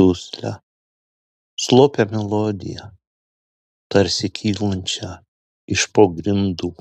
duslią slopią melodiją tarsi kylančią iš po grindų